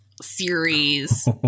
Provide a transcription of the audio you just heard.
series